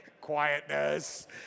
quietness